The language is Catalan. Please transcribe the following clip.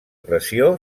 pressió